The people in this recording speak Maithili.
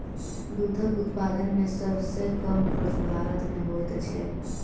दूधक उत्पादन मे सभ सॅ कम खर्च भारत मे होइत छै